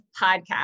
podcast